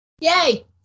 Yay